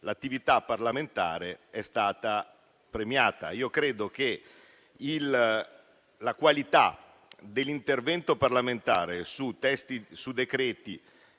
l'attività parlamentare è stata premiata. Credo che la qualità dell'intervento parlamentare su decreti